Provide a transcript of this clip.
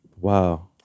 Wow